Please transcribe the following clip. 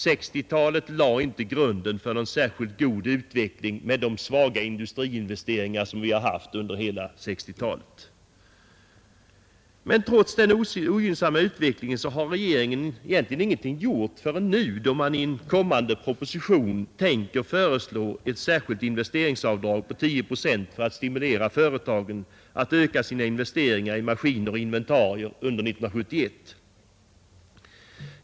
Med de svaga industriinvesteringar som vi hade under hela 1960-talet lades inte grunden för någon särskilt god utveckling. Trots den ogynnsamma utvecklingen har regeringen egentligen ingenting gjort förrän nu, när man i en kommande proposition tänker föreslå ett särskilt investeringsavdrag på 10 procent för att stimulera företagen att öka sina investeringar i maskiner och inventarier under 1971.